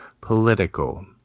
political